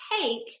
take